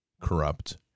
corrupt